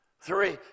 three